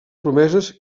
promeses